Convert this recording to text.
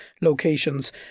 locations